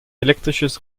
elektrisches